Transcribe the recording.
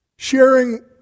Sharing